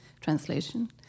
translation